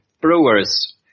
brewers